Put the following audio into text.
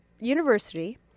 university